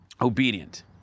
obedient